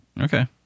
Okay